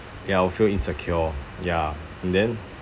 ya I will feel insecure ya and then